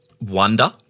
wonder –